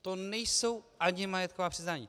To nejsou ani majetková přiznání.